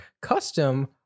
custom